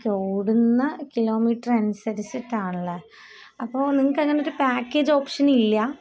ഓടുന്ന കിലോമീറ്ററ് അനുസരിച്ചിട്ടാണ് അല്ലേ അപ്പോൾ നിങ്ങൾക്ക് അങ്ങനെ ഒരു പാക്കേജ് ഓപ്ഷൻ ഇല്ല